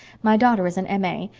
my daughter is an m a.